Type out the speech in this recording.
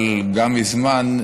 אבל גם מזמן,